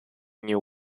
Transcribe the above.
new